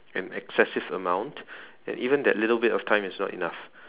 an excessive amount and even that little bit of time is not enough